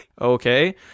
Okay